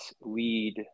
lead